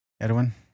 Edwin